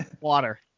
Water